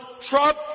Trump